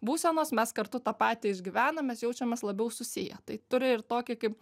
būsenos mes kartu tą patį išgyvenam mes jaučiamės labiau susiję tai turi ir tokį kaip